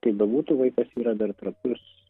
kaip bebūtų vaikas yra dar trapus